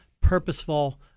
purposeful